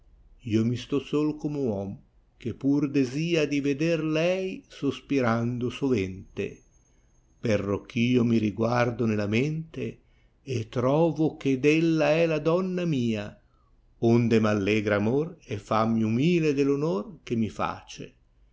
io mi sto sol come uom che pur desia di veder lei sospirando sovente perocch io mi riguardo nella mente irovo ched ella è la donna mia onde m allegra amor e fammi umile dell onor che mi face